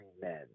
men